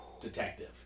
detective